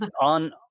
on